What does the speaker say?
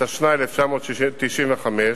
התשנ"ה 1995,